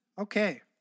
Okay